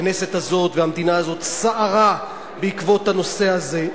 הכנסת הזאת והמדינה הזאת סערה בעקבות הנושא הזה,